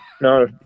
No